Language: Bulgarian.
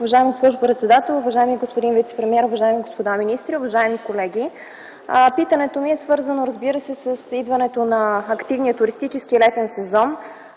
Уважаема госпожо председател, уважаеми господин вицепремиер, уважаеми господа министри, уважаеми колеги! Разбира се, питането ми е свързано с идването на активния туристически летен сезон.